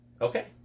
Okay